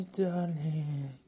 darling